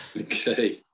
okay